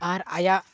ᱟᱨ ᱟᱭᱟᱜ